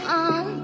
on